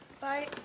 Bye